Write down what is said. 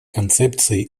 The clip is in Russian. концепции